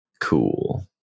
Cool